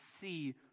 see